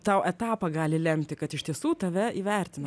tau etapą gali lemti kad iš tiesų tave įvertina